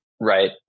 Right